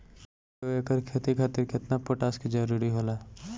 दु एकड़ खेती खातिर केतना पोटाश के जरूरी होला?